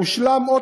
שהושלם.